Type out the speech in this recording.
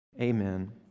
Amen